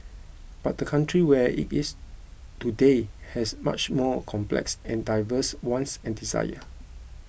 but the country where it is today has much more complex and diverse wants and desire